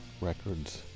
records